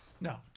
No